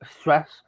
stress